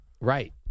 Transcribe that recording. Right